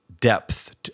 depth